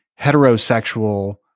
heterosexual